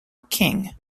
king